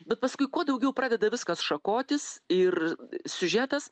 bet paskui kuo daugiau pradeda viskas šakotis ir siužetas